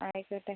ആയിക്കോട്ടെ